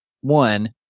one